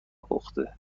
پخته